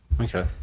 Okay